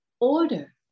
order